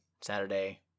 Saturday